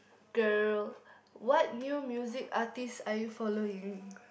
girl what new music artiste are you following